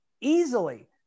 easily